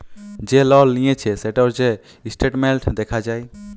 যে লল লিঁয়েছে সেটর যে ইসট্যাটমেল্ট দ্যাখা যায়